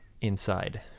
inside